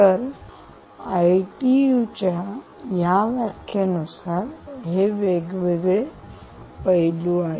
तर आता आयटीउ च्या व्याख्येनुसार हे विविध पैलू आहेत